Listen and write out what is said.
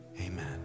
amen